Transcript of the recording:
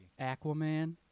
Aquaman